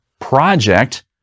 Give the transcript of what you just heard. project